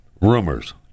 rumors